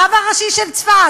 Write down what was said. הרב הראשי של צפת,